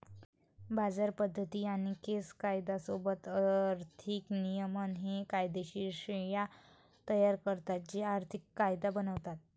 बाजार पद्धती आणि केस कायदा सोबत आर्थिक नियमन हे कायदेशीर श्रेण्या तयार करतात जे आर्थिक कायदा बनवतात